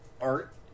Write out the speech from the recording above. art